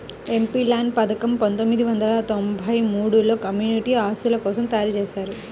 MPLADS పథకం పందొమ్మిది వందల తొంబై మూడులో కమ్యూనిటీ ఆస్తుల కోసం తయ్యారుజేశారు